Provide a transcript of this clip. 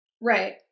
right